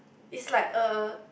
is like uh